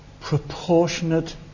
proportionate